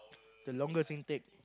the longer intake